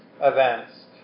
events